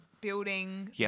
building